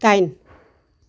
दाइन